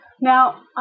now –